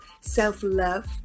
self-love